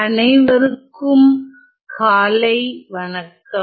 அனைவருக்கும் காலை வணக்கம்